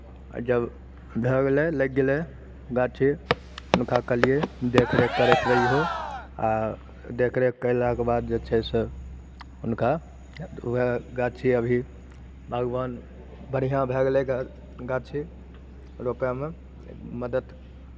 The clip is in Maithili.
आ जब भऽ गेलै लागि गेलै गाछी हुनका कहलियै देखरेख करैत रहियौ आ देखरेख कयलाके बाद जे छै से हुनका उएह गाछी अभी बागवान बढ़िआँ भए गेलै गा गाछी रोपयमे मदति